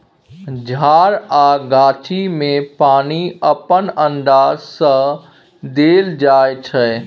झार आ गाछी मे पानि अपन अंदाज सँ देल जाइ छै